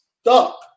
stuck